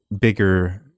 bigger